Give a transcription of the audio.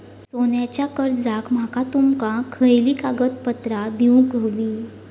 सोन्याच्या कर्जाक माका तुमका खयली कागदपत्रा देऊक व्हयी?